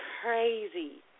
Crazy